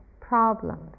problems